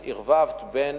את ערבבת בין